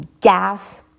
gas